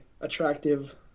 attractive